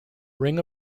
ring